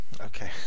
okay